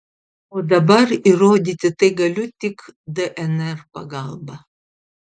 o dabar įrodyti tai galiu tik dnr pagalba